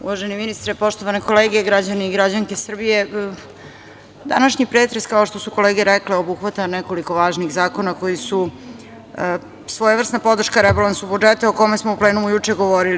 Uvaženi ministre, poštovane kolege, građani i građanke Srbije, današnji pretres, kao što su kolege rekle, obuhvata nekoliko važnih zakona koji su svojevrsna podrška rebalansu budžeta o kome smo u plenumu juče govorili.